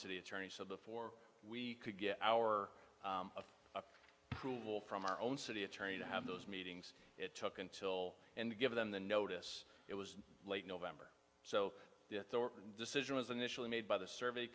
city attorney so before we could get our provable from our own city attorney to have those meetings it took until and give them the notice it was late november so the decision was initially made by the survey